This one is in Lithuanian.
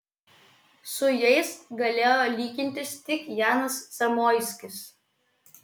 su jais galėjo lygintis tik janas zamoiskis